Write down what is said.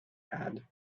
had